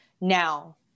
now